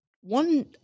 one